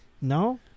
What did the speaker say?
No